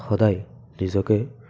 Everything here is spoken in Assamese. সদায় নিজকে